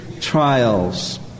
trials